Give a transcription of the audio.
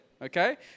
okay